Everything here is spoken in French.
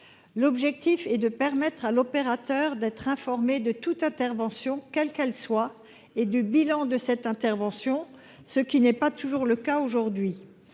L'objectif est de permettre à l'opérateur d'être informé de toute intervention, quelle qu'elle soit, et du bilan de cette intervention, ce qui n'est pas toujours le cas aujourd'hui.